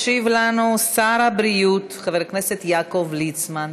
ישיב לנו שר הבריאות חבר הכנסת יעקב ליצמן.